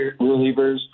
relievers